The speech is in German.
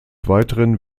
weiteren